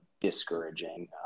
discouraging